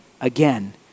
again